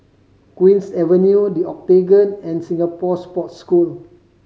Queen's Avenue The Octagon and Singapore Sports School